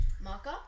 marker